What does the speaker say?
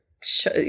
show